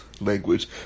language